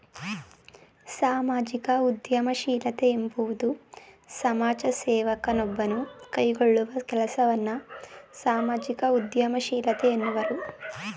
ಸಾಮಾಜಿಕ ಉದ್ಯಮಶೀಲತೆ ಎಂಬುವುದು ಸಮಾಜ ಸೇವಕ ನೊಬ್ಬನು ಕೈಗೊಳ್ಳುವ ಕೆಲಸವನ್ನ ಸಾಮಾಜಿಕ ಉದ್ಯಮಶೀಲತೆ ಎನ್ನುವರು